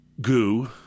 Goo